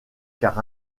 car